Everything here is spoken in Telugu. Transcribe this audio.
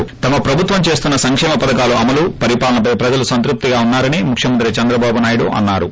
ి తమ ప్రభుత్వం చేస్తున్న సంకేమ పధకాల అమలు పరిపాలనపై ప్రజలు సంతృప్తిగా ఉన్నా రని ముఖ్యమంత్రి చంద్రబాబు నాయుడు అన్నా రు